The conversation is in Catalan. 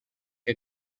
que